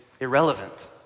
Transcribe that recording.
irrelevant